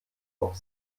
auf